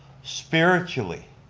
spiritually,